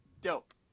Dope